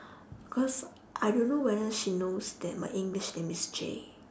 cause I don't know whether she knows that my english name is J